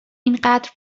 اینقدر